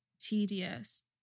tedious